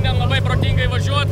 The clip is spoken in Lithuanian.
ten labai protingai važiuot